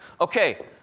Okay